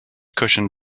cushion